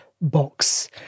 box